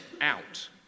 out